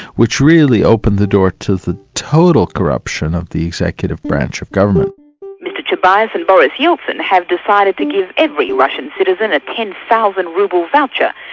which really opened the door to the total corruption of the executive branch of government. like mr chubais and boris yeltsin have decided to give every russian citizen a ten thousand rouble voucher,